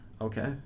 Okay